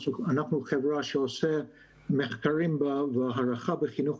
אנחנו חברה שעושה מחקרים והערכה בחינוך